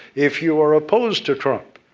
if you are opposed to trump,